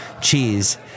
cheese